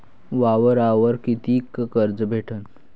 वावरावर कितीक कर्ज भेटन?